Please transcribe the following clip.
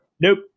nope